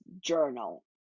journal